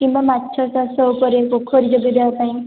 କିମ୍ବା ମାଛ ଚାଷ ଉପରେ ପୋଖରୀ ଯୋଗାଇଦେବା ପାଇଁ